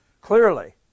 Clearly